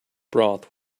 broth